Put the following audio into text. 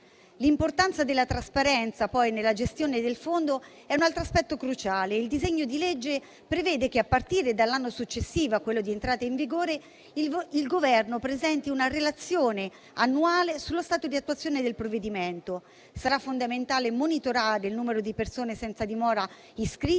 L'importanza della trasparenza nella gestione del fondo è un altro aspetto cruciale. Il disegno di legge prevede che, a partire dall'anno successivo a quello di entrata in vigore, il Governo presenti una relazione annuale sul suo stato di attuazione. Sarà fondamentale monitorare il numero di persone senza dimora iscritte,